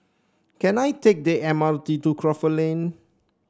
can I take the M R T to Crawford Lane